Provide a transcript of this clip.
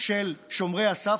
של שומרי הסף,